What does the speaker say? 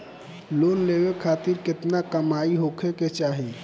Loan लेवे खातिर केतना कमाई होखे के चाही?